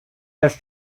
das